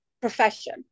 profession